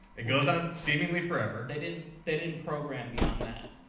it goes on seemingly forever. they didn't they didn't program beyond that